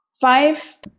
five